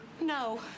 No